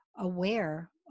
aware